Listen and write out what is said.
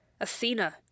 Athena